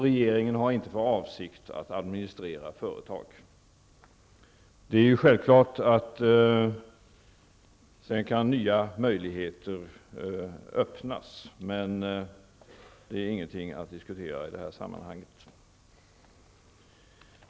Regeringen har inte för avsikt att administrera företag. Det är självklart att nya möjligheter kan uppstå, men det är ingenting att diskutera i detta sammanhang.